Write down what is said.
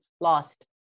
lost